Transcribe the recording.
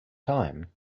time